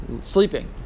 sleeping